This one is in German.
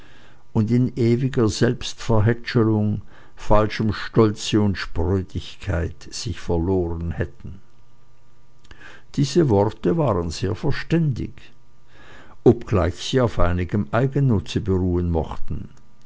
und in ewiger selbstverhätschelung falschem stolze und sprödigkeit sich verloren hätten diese worte waren sehr verständig obgleich sie auf einigem eigennutze beruhen mochten